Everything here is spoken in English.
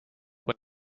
when